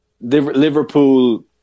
Liverpool